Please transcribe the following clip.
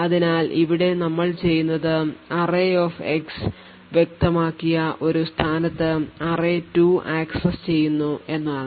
അതിനാൽ ഇവിടെ നമ്മൾ കാണുന്നത് arrayx വ്യക്തമാക്കിയ ഒരു സ്ഥാനത്ത് array2 ആക്സസ് ചെയ്യുന്നു എന്നതാണ്